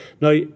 Now